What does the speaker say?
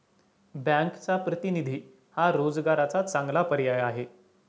बँकचा प्रतिनिधी हा रोजगाराचा चांगला पर्याय आहे